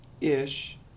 Ish